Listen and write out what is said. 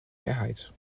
mehrheit